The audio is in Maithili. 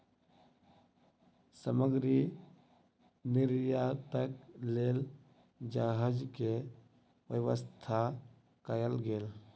सामग्री निर्यातक लेल जहाज के व्यवस्था कयल गेल